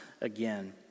again